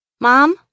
Mom